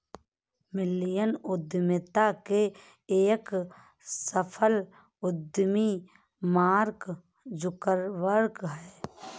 millennial उद्यमिता के एक सफल उद्यमी मार्क जुकरबर्ग हैं